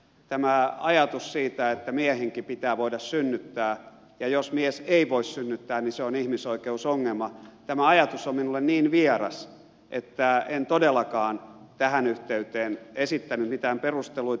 tämä ajatus siitä että miehenkin pitää voida synnyttää ja että jos mies ei voi synnyttää niin se on ihmisoikeusongelma on minulle niin vieras että en todellakaan tähän yhteyteen esittänyt mitään perusteluita